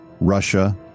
Russia